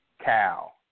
cow